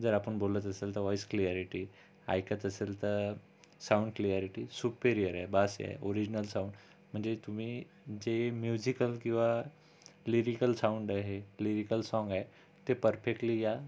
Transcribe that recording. जर आपण बोलत असंल तर व्हॉईस क्लीआरिटी ऐकत असेल तर साऊंड क्लीआरिटी सुपीरिअर आहे बास आहे ओरिजिनल साऊंड म्हणजे तुम्ही जे म्युझिकल किंवा लिरिकल साऊंड आहे लिरिकल साँग आहे ते परफेक्टली या